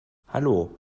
hallo